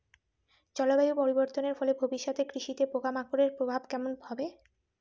জলবায়ু পরিবর্তনের ফলে ভবিষ্যতে কৃষিতে পোকামাকড়ের প্রভাব কেমন হবে?